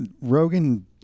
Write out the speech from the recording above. Rogan